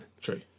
true